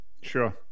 sure